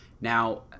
Now